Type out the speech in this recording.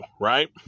right